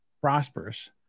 prosperous